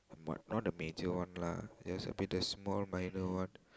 not a major one lah just a bit a small minor one